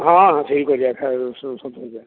ହଁ ହଁ ସେଇଠି କରିବା ସପ୍ତଶଯ୍ୟା